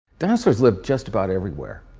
dinosaurs lived just about everywhere,